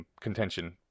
contention